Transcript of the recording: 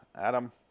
Adam